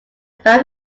band